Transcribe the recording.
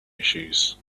issues